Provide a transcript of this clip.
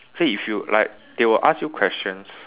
so if you like they will ask you questions